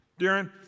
Darren